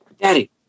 Daddy